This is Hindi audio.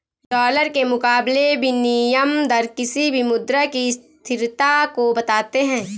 डॉलर के मुकाबले विनियम दर किसी भी मुद्रा की स्थिरता को बताते हैं